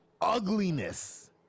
ugliness